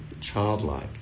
childlike